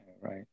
Right